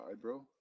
bro